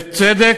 בצדק,